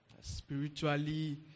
spiritually